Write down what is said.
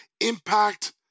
impact